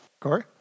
Corey